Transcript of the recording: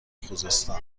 خوزستان